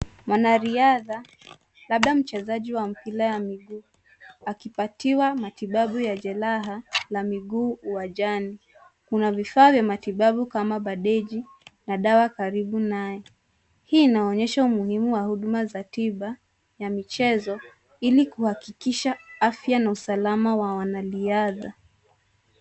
Mwanariadha, labda mchezaji wa mpira ya miguu, akipatiwa matibabu ya jeraha la miguu uwanjani. Kuna vifaa vya matibabu kama bandeji na dawa karibu naye. Hii inaonyesha umuhimu wa huduma za tiba ya michezo ili kuhakikisha afya na usalama wa wanariadha.